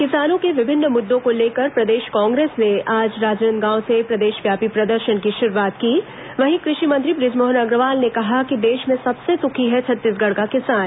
किसानों के विभिन्न मुद्दों को लेकर प्रदेश कांग्रेस ने आज राजनांदगांव से प्रदेशव्यापी प्रदर्शन की शुरुआत की वहीं कृषि मंत्री बृजमोहन अग्रवाल ने कहा कि देश में सबसे सुखी है छत्तीसगढ़ का किसान